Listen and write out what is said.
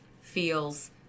feels